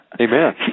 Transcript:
Amen